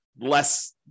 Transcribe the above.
less